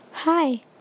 Hi